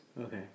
Okay